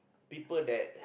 people that